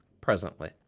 presently